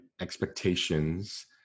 Expectations